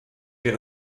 wir